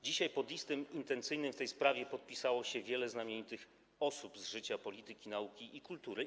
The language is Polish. Dzisiaj pod listem intencyjnym w tej sprawie podpisało się wiele znamienitych osób ze świata polityki, nauki i kultury.